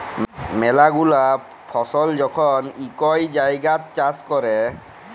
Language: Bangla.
ম্যালা গুলা ফসল যখল ইকই জাগাত চাষ ক্যরে